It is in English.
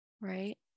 right